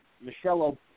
Michelle